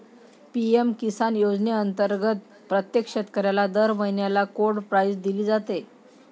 PM Kisan योजनेअंतर्गत प्रत्येक शेतकऱ्याला दर महिन्याला कोड प्राईज दिली जाते